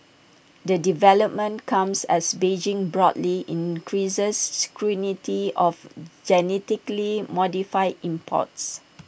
the development comes as Beijing broadly increases of genetically modified imports